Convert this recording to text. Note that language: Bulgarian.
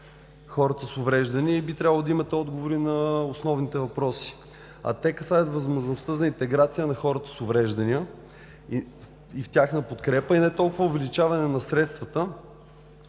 хората с увреждания и би трябвало да имате отговори на основните въпроси, а те касаят възможността за интеграция на хората с увреждания и в тяхна подкрепа и не толкова за увеличаване на средствата,